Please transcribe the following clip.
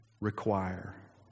require